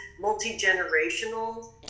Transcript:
multi-generational